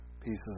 pieces